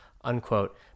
unquote